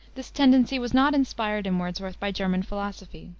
this tendency was not inspired in wordsworth by german philosophy.